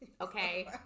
Okay